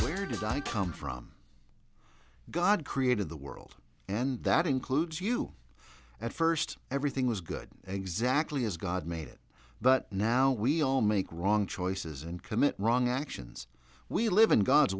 world i come from god created the world and that includes you at first everything was good exactly as god made it but now we all make wrong choices and commit wrong actions we live in god's